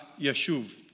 yeshuv